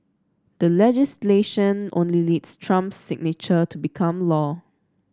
the legislation only needs Trump's signature to become law